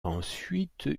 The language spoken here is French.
ensuite